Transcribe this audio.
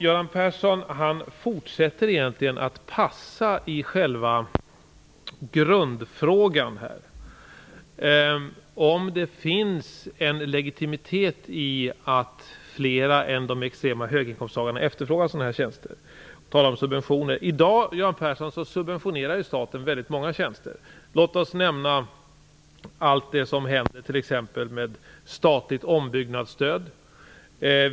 Göran Persson fortsätter att passa i själva grundfrågan här, nämligen om det finns en legitimitet i att fler än de med extremt höga inkomster efterfrågar sådana här tjänster. Han talar om subventioner. I dag, Göran Persson, subventionerar staten väldigt många tjänster. Låt oss t.ex. nämna allt det som händer med statligt ombyggnadsstöd.